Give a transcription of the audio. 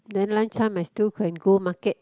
then lunch time I still can go market